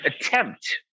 attempt